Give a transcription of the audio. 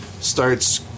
starts